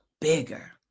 bigger